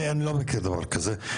אני לא מכיר דבר כזה.